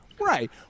Right